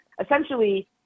essentially